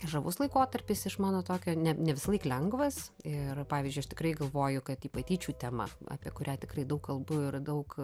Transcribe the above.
žavus laikotarpis iš mano tokio ne ne visąlaik lengvas ir pavyzdžiui aš tikrai galvoju kad į patyčių tema apie kurią tikrai daug kalbų ir daug